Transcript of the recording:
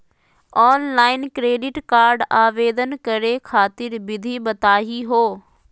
Online credit card आवेदन करे खातिर विधि बताही हो?